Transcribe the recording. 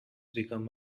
become